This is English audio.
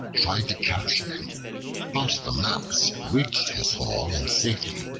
tried to capture him. but the mouse reached his hole in safety.